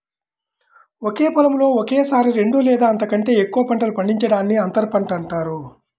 ఒకే పొలంలో ఒకేసారి రెండు లేదా అంతకంటే ఎక్కువ పంటలు పండించడాన్ని అంతర పంట అంటారు